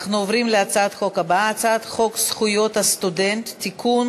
אנחנו עוברים להצעת החוק הבאה: הצעת חוק זכויות הסטודנט (תיקון,